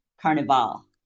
Carnival